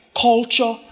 culture